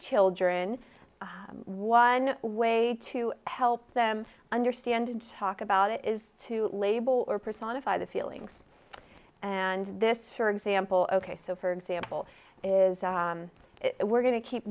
children one way to help them understand to talk about it is to label or personify the feelings and this for example ok so for example is it we're going to keep